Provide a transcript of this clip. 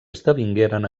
esdevingueren